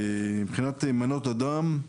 מבחינת מנות הדם,